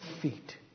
feet